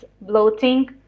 bloating